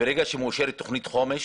שברגע שמאושרת תוכנית חומש